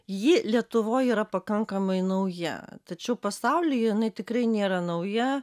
ji lietuvoj yra pakankamai nauja tačiau pasaulyje tikrai nėra nauja